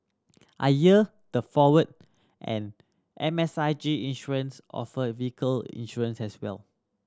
I heard the and M S I G Insurance offer vehicle insurance as well